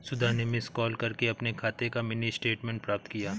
सुधा ने miss call करके अपने खाते का मिनी स्टेटमेंट प्राप्त किया